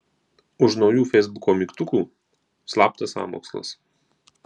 už naujų feisbuko mygtukų slaptas sąmokslas